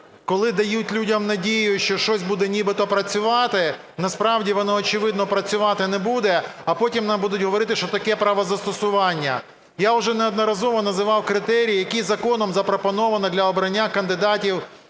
коли дають людям надію, що щось буде нібито працювати, насправді воно, очевидно, працювати не буде, а потім нам будуть говорити, що таке правозастосування. Я уже неодноразово називав критерії, які законом запропоновано для обрання кандидатів